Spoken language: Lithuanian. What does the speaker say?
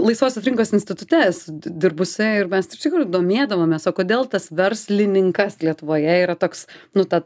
laisvosios rinkos institute esu dirbusi ir mes iš tikrųjų domėdavomės o kodėl tas verslininkas lietuvoje yra toks nu tad